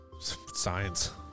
Science